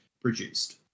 produced